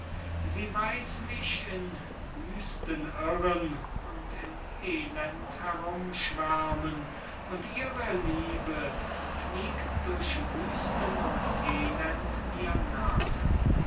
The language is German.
sie weiß mich in wüsten irren und im elend herumschwärmen und ihre liebe fliegt durch wüsten und elend mir nach